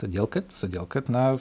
todėl kad todėl kad na